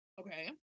Okay